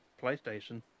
PlayStation